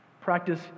practice